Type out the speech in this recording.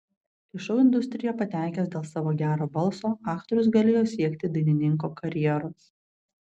į šou industriją patekęs dėl savo gero balso aktorius galėjo siekti dainininko karjeros